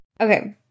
Okay